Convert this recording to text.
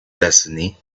destiny